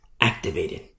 activated